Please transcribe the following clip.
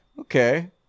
Okay